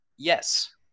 Yes